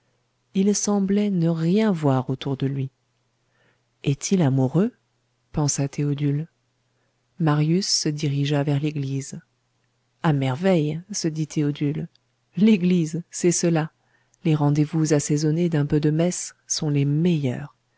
il semblait ne rien voir autour de lui est-il amoureux pensa théodule marius se dirigea vers l'église à merveille se dit théodule l'église c'est cela les rendez-vous assaisonnés d'un peu de messe sont les meilleurs